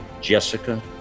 Jessica